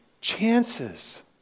chances